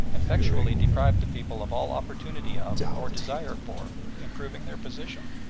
effectually deprived the people of all opportunity of, or desire for, improving their position.